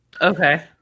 Okay